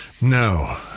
No